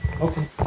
Okay